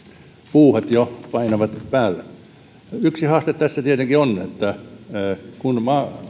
puuhat jo painavat päälle yksi haaste tässä tietenkin on se että kun